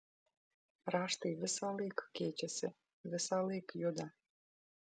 raštai visąlaik keičiasi visąlaik juda